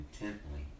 intently